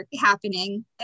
happening